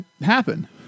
happen